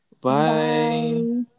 Bye